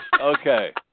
Okay